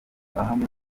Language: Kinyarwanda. ahamya